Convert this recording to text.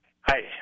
Hi